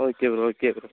okay bro okay bro